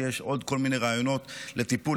יש עוד כל מיני רעיונות לטיפול,